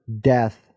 death